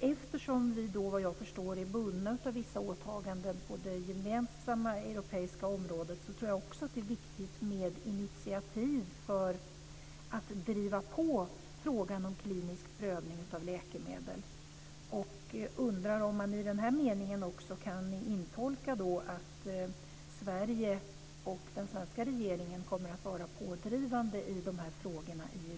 eftersom vi, vad jag förstår, är bundna av vissa åtaganden på det gemensamma europeiska området tror jag att det är viktigt med initiativ till att driva på frågan om klinisk prövning av läkemedel. Jag undrar om man i den mening som jag läste upp också kan intolka att Sverige och den svenska regeringen kommer att vara pådrivande i de här frågorna i Europa.